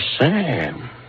Sam